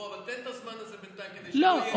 אבל תן את הזמן זה בינתיים, כדי שלא יהיה, לא.